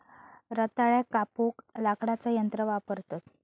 रताळ्याक कापूक लाकडाचा यंत्र वापरतत